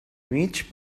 mig